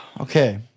Okay